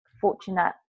fortunate